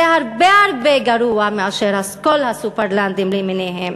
זה הרבה הרבה יותר גרוע מאשר כל ה"סופרלנדים" למיניהם.